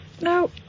No